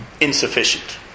insufficient